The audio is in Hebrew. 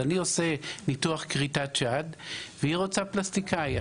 אז אני עושה ניתוח כריתת שד והיא רוצה פלסטיקאי.